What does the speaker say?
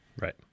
Right